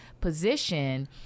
position